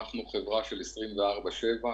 חברה של 24/7,